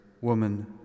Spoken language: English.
woman